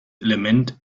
element